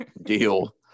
deal